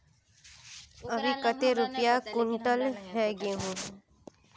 अभी कते रुपया कुंटल है गहुम?